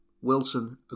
Wilson